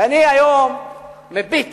ואני היום מביט